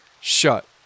shut